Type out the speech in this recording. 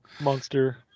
Monster